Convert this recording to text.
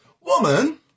woman